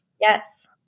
Yes